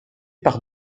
par